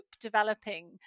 developing